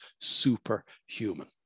superhuman